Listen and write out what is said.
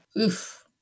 Oof